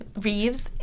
reeves